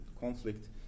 conflict